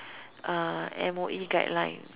uh M_O_E guideline